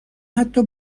حتا